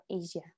Asia